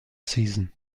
season